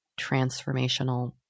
transformational